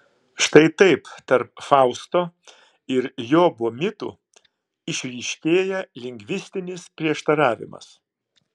štai taip tarp fausto ir jobo mitų išryškėja lingvistinis prieštaravimas